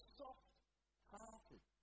soft-hearted